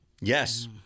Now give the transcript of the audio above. Yes